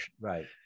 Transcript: right